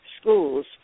schools